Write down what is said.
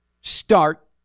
start